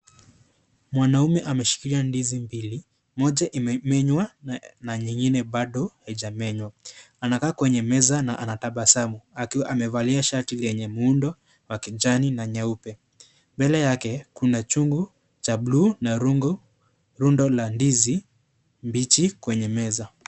Mwanamume ameshikilia ndizi mbili, moja imemenywa na ingine bado haijemenywa. Anakaa kwenye meza na anatabasamu akiwa amevalia shati lenye muundo wa kijani na nyeupe. Mbele yake kuna chungu cha buluu na rundo la ndizi mbichi kwenye meza.